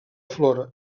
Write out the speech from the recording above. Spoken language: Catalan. flora